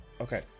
Okay